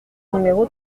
numéro